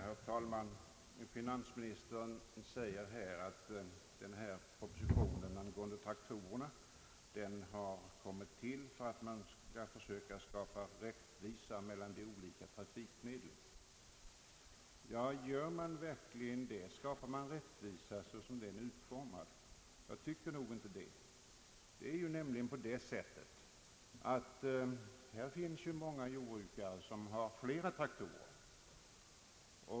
Herr talman! Finansministern säger här att propositionen om traktorerna tillkommit för att skapa rättvisa mellan olika trafikmedel. Gör man nu verkligen detta? Kan rättvisa skapas genom det sätt på vilket propositionen utformats? Jag tycker nog inte det. Det är nämligen så att det finns många jordbrukare som har fler traktorer.